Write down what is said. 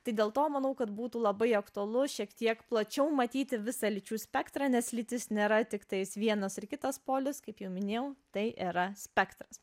tai dėl to manau kad būtų labai aktualu šiek tiek plačiau matyti visą lyčių spektrą nes lytis nėra tiktais vienas ar kitas polis kaip jau minėjau tai yra spektras